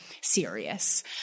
serious